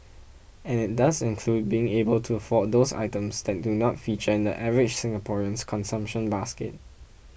and it does include being able to afford those items that do not feature in the average Singaporean's consumption basket